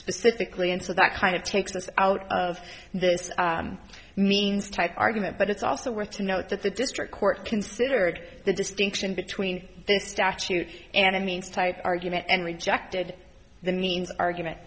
specifically and so that kind of takes us out of this means type argument but it's also worth to note that the district court considered the distinction between this statute and a means type argument and rejected the means argument